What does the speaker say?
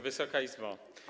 Wysoka Izbo!